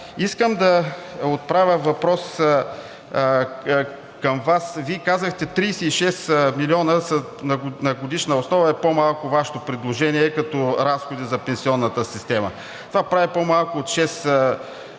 искам да отправя въпрос към Вас, Вие казахте 36 милиона на годишна основа е по-малко Вашето предложение, като разходи за пенсионната система. Това прави по малко от шест милиона